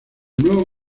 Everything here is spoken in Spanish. nuevo